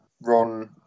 Ron